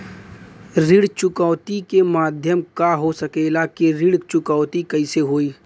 ऋण चुकौती के माध्यम का हो सकेला कि ऋण चुकौती कईसे होई?